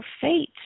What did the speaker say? fate